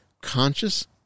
conscious